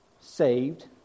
Saved